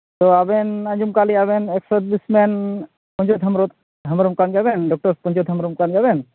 ᱛᱚ ᱟᱵᱮᱱ ᱟᱸᱡᱚᱢ ᱟᱠᱟᱫᱟᱞᱤᱧ ᱟᱵᱮᱱ ᱮᱠᱥ ᱥᱟᱨᱵᱷᱤᱥ ᱢᱮᱱ ᱥᱟᱹᱧᱡᱟᱹᱛ ᱦᱮᱢᱵᱨᱚᱢ ᱦᱮᱢᱵᱨᱚᱢ ᱠᱟᱱ ᱜᱮᱭᱟ ᱵᱮᱱ ᱰᱚᱠᱴᱚᱨ ᱥᱟᱹᱧᱡᱟᱹᱛ ᱦᱮᱢᱵᱨᱚᱢ ᱠᱟᱱ ᱜᱮᱭᱟ ᱵᱮᱱ